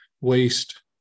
waste